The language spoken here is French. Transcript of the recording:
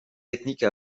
technique